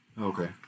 Okay